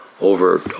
over